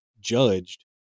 judged